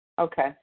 Okay